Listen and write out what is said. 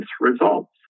results